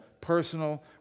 personal